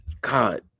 God